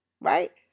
right